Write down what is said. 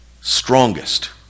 strongest